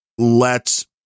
lets